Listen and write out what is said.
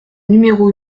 numéro